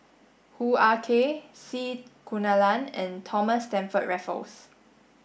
Hoo Ah Kay C Kunalan and Thomas Stamford Raffles